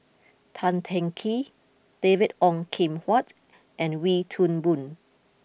Tan Teng Kee David Ong Kim Huat and Wee Toon Boon